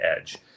edge